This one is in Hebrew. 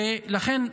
ולכן,